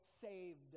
saved